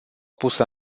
pusă